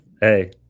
Hey